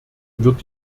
wird